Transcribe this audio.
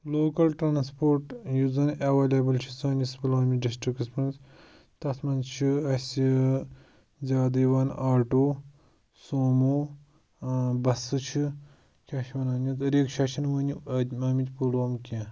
local transport یُس زَن available چھِ سٲنِس پُلوامہِ ڈِسٹِرٛکَس منٛز تَتھ منٛز چھِ اَسہِ زیادٕ یِوان آٹو سومو بَسہٕ چھِ کیٛاہ چھِ وَنان یَتھ رِکشا چھِنہٕ وٕنہِ آمٕتۍ پُلووم کینٛہہ